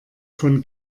von